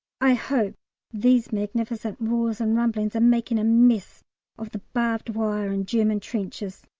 i hope these magnificent roars and rumblings are making a mess of the barbed wire and german trenches.